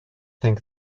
think